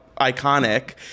iconic